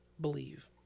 believe